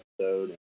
episode